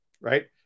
right